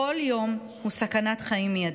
כל יום הוא סכנת חיים מיידית.